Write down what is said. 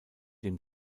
dem